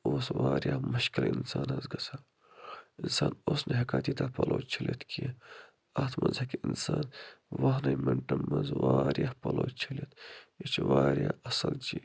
اوس وارِیاہ مشکِل اِنسانس گژھان اِنسان اوس نہٕ ہیٚکان تیٖتیٚاہ پَلو چھٔلِتھ کیٚنٛہہ اَتھ منٛز ہیٚکہِ اِنسان وُہنٕے منٹن منٛز وارِیاہ پَلو چھٔلِتھ یہِ چھُ وارِیاہ اَصٕل چیٖز